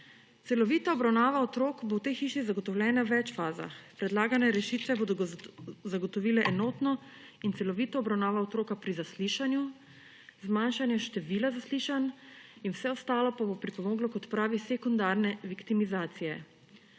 Celovita obravnava otrok bo v tej hiši zagotovljena v več fazah. Predlagane rešitve bodo zagotovile enotno in celovito obravnavo otroka pri zaslišanju, zmanjšanje števila zaslišanj in vse ostalo pa bo pripomoglo k odpravi sekundarne viktimizacije.